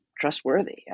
trustworthy